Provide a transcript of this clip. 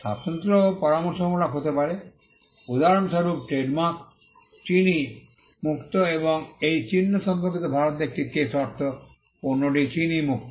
স্বাতন্ত্র্যও পরামর্শমূলক হতে পারে উদাহরণস্বরূপ ট্রেডমার্ক চিনি মুক্ত এবং এই চিহ্ন সম্পর্কিত ভারতে একটি কেস অর্থ পণ্যটি চিনি মুক্ত